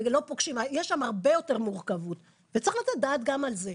יש שם הרבה יותר מורכבות וצריך לתת דעת גם על זה.